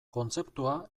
kontzeptua